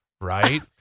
Right